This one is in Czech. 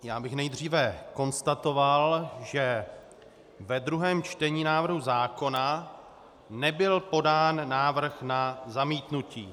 Já bych nejdříve konstatoval, že ve druhém čtení návrhu zákona nebyl podán návrh na zamítnutí.